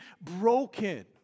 broken